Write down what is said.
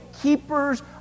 keepers